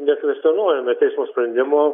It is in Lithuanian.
nekvestionuojame teismo sprendimo